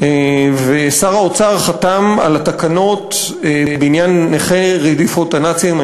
ושר האוצר חתם על התקנות בעניין נכי רדיפות הנאצים.